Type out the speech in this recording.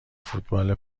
فوتبال